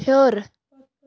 ہیوٚر